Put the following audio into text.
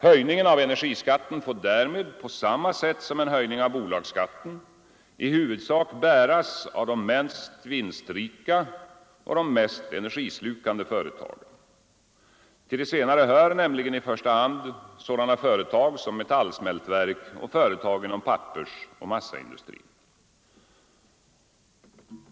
Höjningen av energiskatten får därmed, på samma sätt Onsdagen den som en höjning av bolagsskatten, i huvudsak bäras av de mest vinstrika 6 november 1974 och de mest energislukande företagen. Till de senare hör nämligen i första hand sådana företag som metallsmältverk och företag inom pap = Allmänpolitisk persoch massaindustrin.